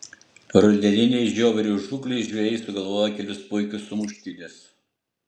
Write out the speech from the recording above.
rudeninei žiobrių žūklei žvejai sugalvojo kelis puikius sumuštinius